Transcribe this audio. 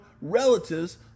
relatives